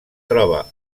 troba